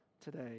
today